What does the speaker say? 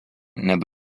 net